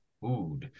food